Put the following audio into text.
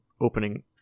opening